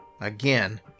Again